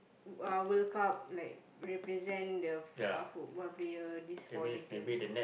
uh World-Cup like represent the uh f~ football player this for the games